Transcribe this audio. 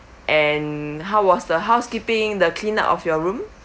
and how was the housekeeping the clean up of your room